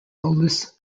oldest